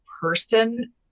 person